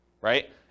right